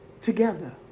together